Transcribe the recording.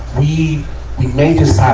we made it,